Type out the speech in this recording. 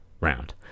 round